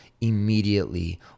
immediately